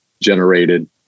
generated